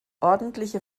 ordentliche